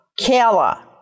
Kayla